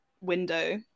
window